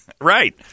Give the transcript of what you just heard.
Right